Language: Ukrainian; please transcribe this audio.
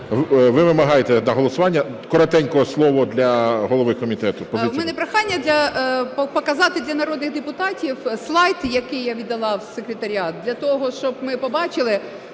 Ви вимагаєте на голосування? Коротенько слово для голови комітету. 15:54:45 ТРЕТЬЯКОВА Г.М. В мене прохання показати для народних депутатів слайд, який я віддала в секретаріат, для того щоб ми побачили…